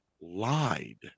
lied